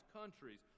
countries